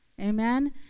amen